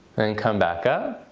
then come back up.